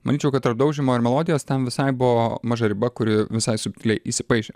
mačiau kad tarp daužymo ir melodijos ten visai buvo maža riba kuri visai subtiliai įsipaišė